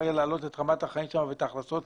יהיה להעלות את רמת החיים שם ואת ההכנסות.